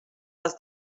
les